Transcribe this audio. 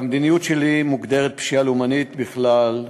במדיניות שלי מוגדרת פשיעה לאומנית בכלל,